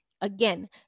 Again